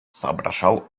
соображал